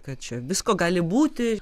kad čia visko gali būti